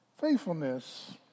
Faithfulness